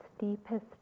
deepest